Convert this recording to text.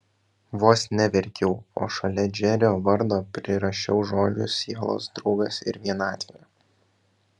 vos neverkiau o šalia džerio vardo prirašiau žodžius sielos draugas ir vienatvė